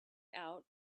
out